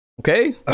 Okay